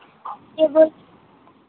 কে বলছেন